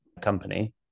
company